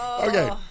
Okay